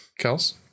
Kels